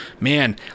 Man